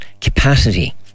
capacity